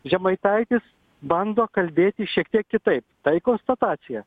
žemaitaitis bando kalbėti šiek tiek kitaip tai konstatacija